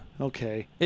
Okay